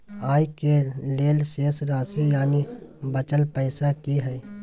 आय के लेल शेष राशि यानि बचल पैसा की हय?